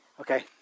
Okay